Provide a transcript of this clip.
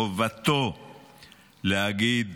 חובתו להגיד